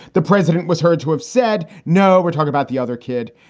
the president was heard to have said no. we're talking about the other kid.